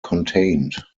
contained